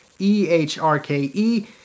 E-H-R-K-E